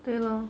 对 lor